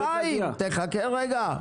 חכה רגע.